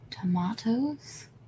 tomatoes